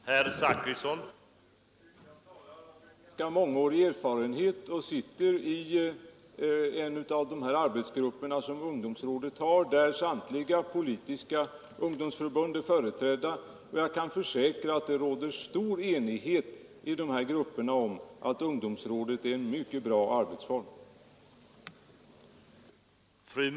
Herr talman! Jag talar mot bakgrunden av en ganska mångårig erfarenhet. Jag sitter i en av de arbetsgrupper som finns inom ungdomsrådet, där de politiska ungdomsförbunden är företrädda. Jag kan försäkra att det råder stor enighet i dessa grupper om att ungdomsrådet representerar en mycket bra arbetsform.